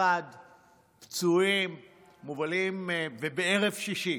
ערב שישי.